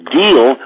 deal